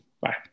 Bye